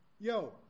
yo